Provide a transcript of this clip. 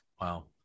Wow